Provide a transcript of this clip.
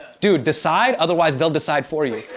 dude, decide otherwise they'll decide for you.